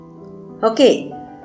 Okay